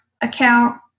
account